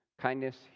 kindness